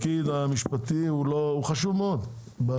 תיקון אחד זה שינוי המדד שממנו אנחנו מחשבים את מחיר המטרה.